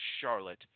Charlotte